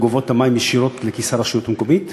גובות את אגרות המים ישירות לכיס הרשות המקומית,